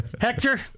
hector